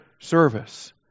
service